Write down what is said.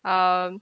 um